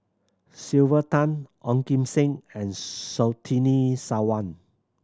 Sylvia Tan Ong Kim Seng and Surtini Sarwan